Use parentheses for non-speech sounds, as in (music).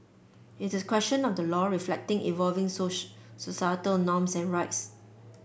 it's a question of the law reflecting evolving (unintelligible) societal norms and rights